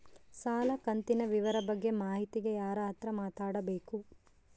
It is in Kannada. ಸಾಲ ಕಂತಿನ ವಿವರ ಬಗ್ಗೆ ಮಾಹಿತಿಗೆ ಯಾರ ಹತ್ರ ಮಾತಾಡಬೇಕು?